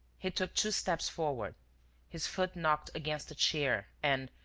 he took two steps forward his foot knocked against a chair and,